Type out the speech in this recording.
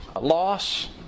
loss